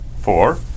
Four